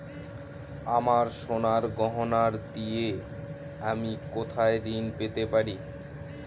আমার সোনার গয়নার দিয়ে আমি কোথায় ঋণ পেতে পারি?